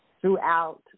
throughout